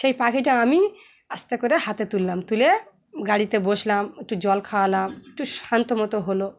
সেই পাখিটা আমি আস্তে করে হাতে তুললাম তুলে গাড়িতে বসলাম একটু জল খাওয়ালাম একটু শান্ত মতো হলো